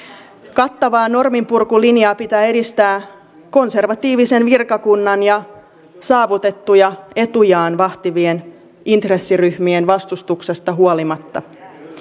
kattavaa norminpurkulinjaa pitää edistää konservatiivisen virkakunnan ja saavutettuja etujaan vahtivien intressiryhmien vastustuksesta huolimatta